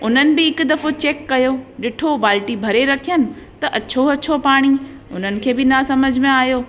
उन्हनि बि हिकु दफ़ो चैक कयो ॾिठो बाल्टी भरे रखियनि त अछो अछो पाणी उन्हनि खे बि न समुझ में आहियो